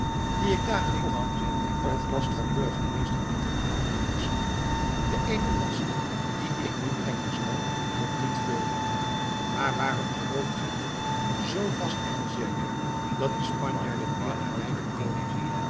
die ik daar gekocht heb op last van burgemeester pieter adriaensz de eene last dien ik nu brengen zal helpt niet veel maar waarom gelooft gij nu zoo vast en zeker dat de spanjaarden weer naar leiden komen